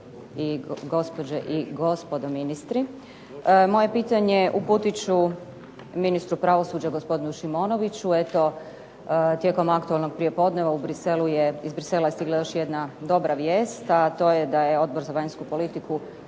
i gospodo ministri. Moje pitanje uputit ću ministru pravosuđa gospodinu Šimonoviću. Eto, tijekom aktualnog prijepodneva iz Bruxellesa je stigla još jedna dobra vijest, a to je da je Odbor za vanjsku politiku